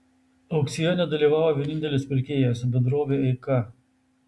aukcione dalyvavo vienintelis pirkėjas bendrovė eika